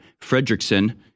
Fredrickson